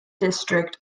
district